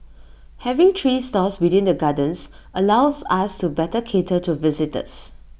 having three stores within the gardens allows us to better cater to visitors